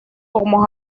como